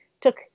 took